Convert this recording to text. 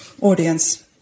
audience